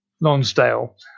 Lonsdale